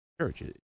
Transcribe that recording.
churches